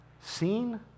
seen